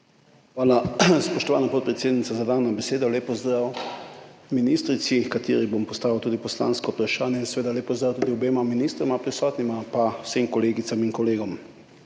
Hvala, spoštovana podpredsednica, za dano besedo. Lep pozdrav ministrici, ki ji bom postavil poslansko vprašanje, in seveda lep pozdrav tudi obema prisotnima ministroma pa vsem kolegicam in kolegom!